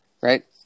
right